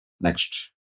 Next